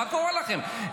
מה קורה לכם?